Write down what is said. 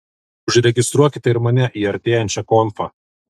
užregistruokite ir mane į artėjančią konfą